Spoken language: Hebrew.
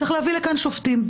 צריך להביא לכאן שופטים,